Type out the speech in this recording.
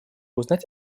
узнать